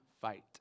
fight